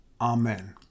Amen